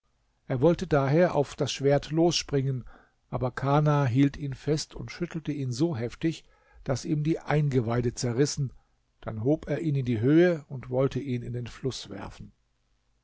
er wollte daher auf das schwert losspringen aber kana hielt ihn fest und schüttelte ihn so heftig daß ihm die eingeweide zerrissen dann hob er ihn in die höhe und wollte ihn in den fluß werfen